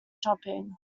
shopping